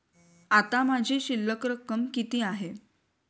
आता माझी शिल्लक रक्कम किती आहे?